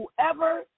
whoever